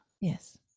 Yes